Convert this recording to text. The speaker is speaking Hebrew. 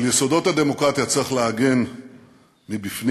על יסודות הדמוקרטיה צריך להגן מבפנים,